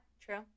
True